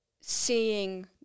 seeing